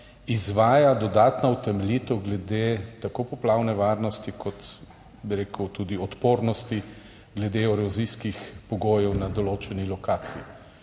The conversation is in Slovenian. izvaja dodatna utemeljitev tako glede poplavne varnosti kot tudi odpornosti glede erozijskih pogojev na določeni lokaciji.